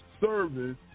service